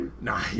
Nah